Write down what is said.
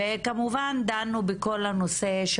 כמובן דנו בכל הנושא,